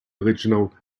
original